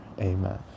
Amen